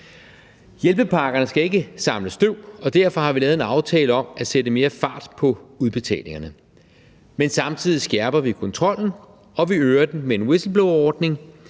Hjælpepakkerne skal ikke samle støv, og derfor har vi lavet en aftale om at sætte mere fart på udbetalingerne, men samtidig skærper vi kontrollen, og vi øger den med en whistleblowerordning.